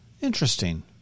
Interesting